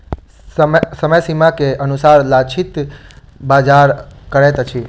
समय सीमा के अनुसार लक्षित बाजार करैत अछि